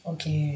Okay